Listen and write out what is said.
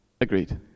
Agreed